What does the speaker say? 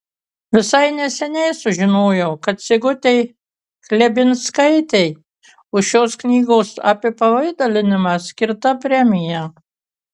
visai neseniai sužinojau kad sigutei chlebinskaitei už šios knygos apipavidalinimą skirta premija